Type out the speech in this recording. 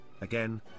again